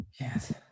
Yes